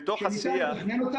איפה יש קרקע מדינה שניתן לתכנן אותה,